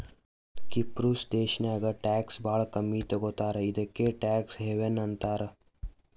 ಕಿಪ್ರುಸ್ ದೇಶಾನಾಗ್ ಟ್ಯಾಕ್ಸ್ ಭಾಳ ಕಮ್ಮಿ ತಗೋತಾರ ಇದುಕೇ ಟ್ಯಾಕ್ಸ್ ಹೆವನ್ ಅಂತಾರ